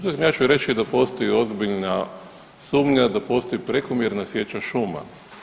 Ja ću vam reći da postoji ozbiljna sumnja da postoji prekomjerna sjeća šuma.